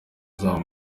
zabo